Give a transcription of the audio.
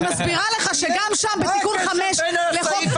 אני מסבירה לך שגם שם בתיקון 5 לחוק